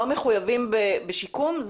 לא מחויבים בשיקום?